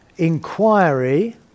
Inquiry